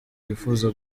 yifuza